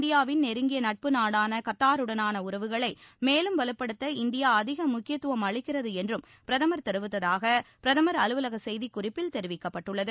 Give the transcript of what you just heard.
இந்தியாவின் நெருங்கிய நட்பு நாடான கத்தாருடனான உறவுகளை மேலும் வலுப்படுத்த இந்தியா அதிக முக்கியத்துவம் அளிக்கிறது என்றும் பிரதமர் தெரிவித்ததாக பிரதமர் அலுவலக செய்திக்குறிப்பில் தெரிவிக்கப்பட்டுள்ளது